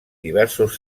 diversos